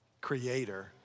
Creator